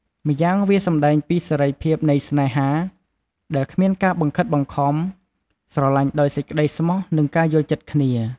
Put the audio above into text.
ម្យ៉ាងវាសម្ដែងពីសេរីភាពនៃស្នេហា ដែលគ្មានការបង្ខិតបង្ខំ ស្រលាញ់ដោយសេចក្តីស្មោះ និងការយល់ចិត្តគ្នា។